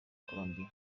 colombiya